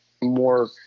more